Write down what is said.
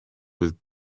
with